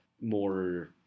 more